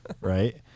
right